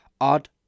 Odd